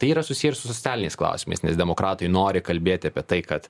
tai yra susiję su socialiniais klausimais nes demokratai nori kalbėti apie tai kad